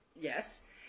Yes